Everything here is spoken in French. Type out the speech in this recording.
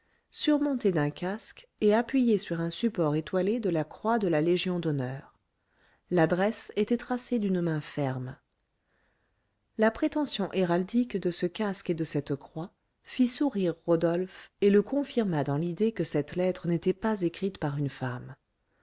surmontées d'un casque et appuyées sur un support étoilé de la croix de la légion d'honneur l'adresse était tracée d'une main ferme la prétention héraldique de ce casque et de cette croix fit sourire rodolphe et le confirma dans l'idée que cette lettre n'était pas écrite par une femme